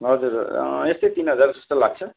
हजुर यस्तै तिन हजार जस्तो लाग्छ